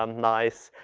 um nice.